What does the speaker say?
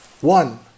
One